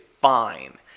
fine